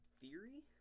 theory